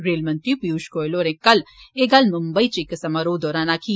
रेलमंत्री पियूष गोयल होरे कल एह गल्ल मुम्बई च इक समारोह दौरान आक्खी